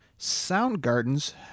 Soundgarden's